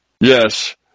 Yes